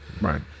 Right